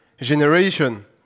generation